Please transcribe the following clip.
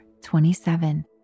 27